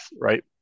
right